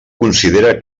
considera